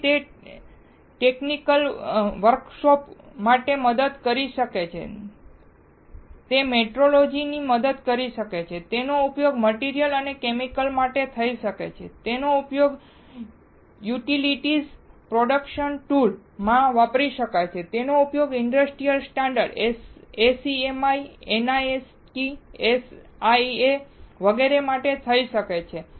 તેથી તે technical workforce માટે મદદ કરી શકે છે તે મેટ્રોલોજી ટૂલ માટે મદદ કરી શકે છે તેનો ઉપયોગ મટીરીયલ અને કેમિકલ માટે થઈ શકે છે તેનો ઉપયોગ યુટીલીટીઝ પ્રોડક્શન ટૂલ માં વાપરી શકાય છે તેનો ઉપયોગ industry standard SEMI NIST SIA વગેરે માટે થઈ શકે છે